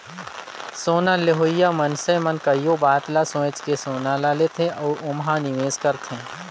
सोना लेहोइया मइनसे मन कइयो बात ल सोंएच के सोना ल लेथे अउ ओम्हां निवेस करथे